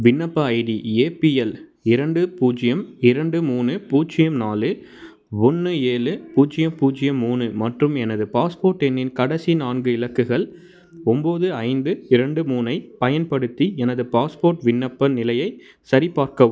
விண்ணப்ப ID APL இரண்டு பூஜ்ஜியம் இரண்டு மூணு பூஜ்ஜியம் நாலு ஒன்று ஏழு பூஜ்ஜியம் பூஜ்ஜியம் மூணு மற்றும் எனது பாஸ்போர்ட் எண்ணின் கடைசி நான்கு இலக்குகள் ஒம்பது ஐந்து இரண்டு மூணைப் பயன்படுத்தி எனது பாஸ்போர்ட் விண்ணப்ப நிலையை சரிபார்க்கவும்